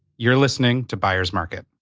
you're listening to byers market.